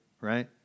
right